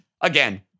Again